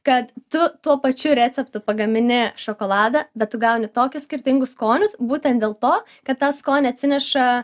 kad tu tuo pačiu receptu pagamini šokoladą bet tu gauni tokius skirtingus skonius būtent dėl to kad tą skonį atsineša